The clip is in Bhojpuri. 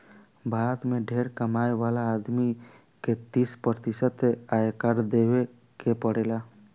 भारत में ढेरे कमाए वाला आदमी के तीस प्रतिशत आयकर देवे के पड़ेला